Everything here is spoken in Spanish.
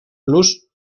plus